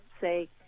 say